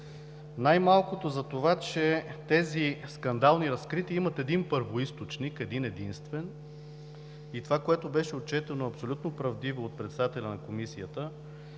най-малкото за това, че тези скандални разкрития имат един първоизточник – един-единствен и това, което беше отчетено абсолютно правдиво от председателя на Комисията,